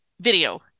video